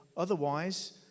Otherwise